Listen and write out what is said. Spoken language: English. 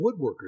woodworkers